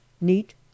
neat